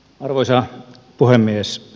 arvoisa puhemies